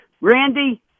Randy